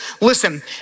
listen